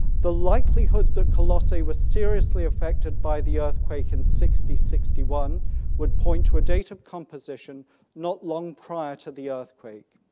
the likelihood that colossae was seriously affected by the earthquake in sixty sixty one would point to a date of composition not long prior to the earthquake.